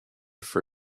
for